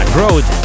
Growth